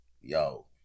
yo